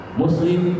muslim